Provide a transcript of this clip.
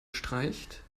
streicht